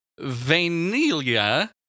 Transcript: Vanilla-